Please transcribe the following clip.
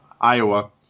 Iowa